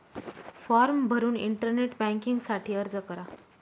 form भरून internet banking साठी अर्ज करा